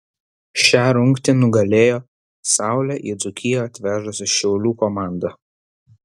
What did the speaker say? šią rungtį nugalėjo saulę į dzūkiją atvežusi šiaulių komanda